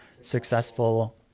successful